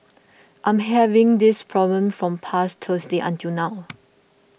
I'm having this problem from past Thursday until now